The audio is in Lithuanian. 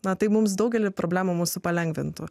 na taip mums daugelį problemų mūsų palengvintų